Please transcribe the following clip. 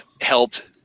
helped